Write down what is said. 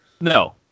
No